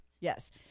Yes